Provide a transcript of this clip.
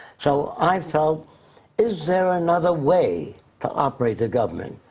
so, i felt is there another way to operate a government?